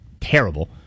terrible